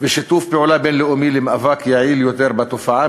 ושיתוף פעולה בין-לאומי למאבק יעיל יותר בתופעה,